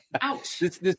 Ouch